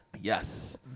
Yes